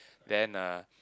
then uh